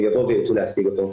הם ישיגו אותו.